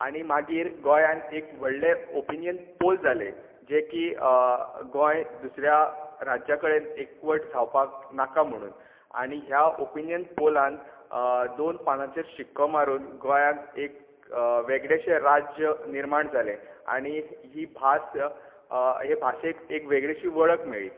आनी मागीर गोंयान एक व्हडलें ओपिनीयन पॉल जालें जें की गोंय दुसऱ्या राज्या कडेन एकवट जावपाक नाका म्हणून आनी ह्या ओपिनीयन पॉलान दोन पानाचेर शिक्को मारून गोंयाक एक वेगळेशें राज्य निर्माण जाले आनी ही भास हें भाशेक वेगळीशीं वळख मेळ्ळी